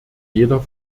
jeder